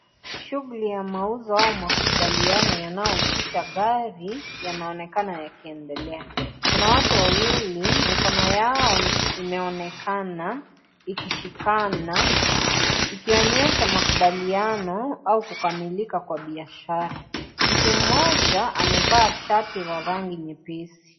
Shughuli ya mauzo au makubaliano yanayohusisha gari yanaonekana yakiendelea. Kuna watu wawili mikono yao imeonekana ikishikana ikionyesha, makubaliano au kukamilika kwa biashara. Mtu mmoja amevaa shati la rangi nyepesi.